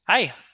Hi